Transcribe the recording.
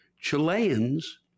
Chileans